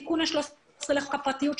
בתיקון ה-13 לחוק הפרטיות,